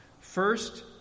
First